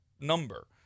number